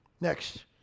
Next